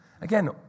Again